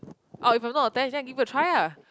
or if I'm not attached then I give a try lah